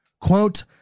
Quote